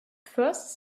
first